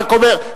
רק אומר,